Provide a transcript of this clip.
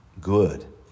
Good